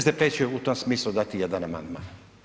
SDP će u tom smislu dati jedan amandman.